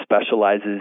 specializes